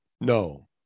no